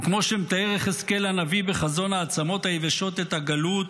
כמו שמתאר יחזקאל הנביא בחזון העצמות היבשות את הגלות